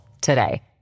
today